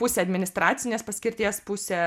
pusę administracinės paskirties pusę